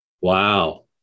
Wow